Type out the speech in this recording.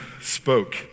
spoke